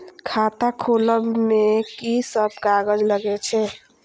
खाता खोलब में की सब कागज लगे छै?